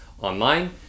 online